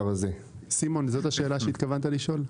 סימון, זאת השאלה שהתכוונת לשאול?